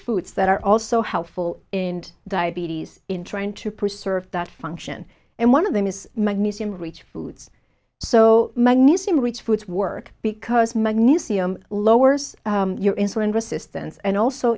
foods that are also how full in diabetes in trying to preserve that function and one of them is magnesium reach foods so magnesium rich foods work because magnesium lowers your insulin resistance and also